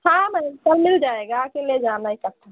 हाँ मैम कल मिल जाएगा आके ले जाना इकट्ठा